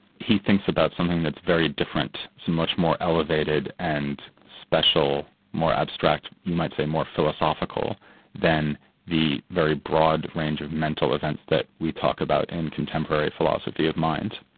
he thinks about something that's very different, it's much more elevated and special, more abstract, you might say more philosophical than the very broad range of mental events that we talk about in contemporary philosophy of mind.